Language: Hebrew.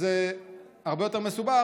שזה הרבה יותר מסובך,